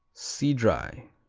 see dry.